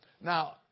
Now